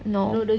no